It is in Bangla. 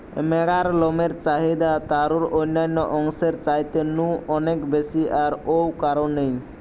ম্যাড়ার লমের চাহিদা তারুর অন্যান্য অংশের চাইতে নু অনেক বেশি আর ঔ কারণেই